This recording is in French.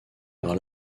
par